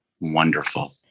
wonderful